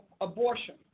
abortion